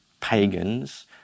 pagans